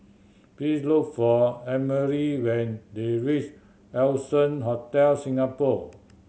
please look for Emery when you reach Allson Hotel Singapore